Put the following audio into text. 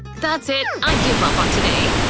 that's it. and i give up on today.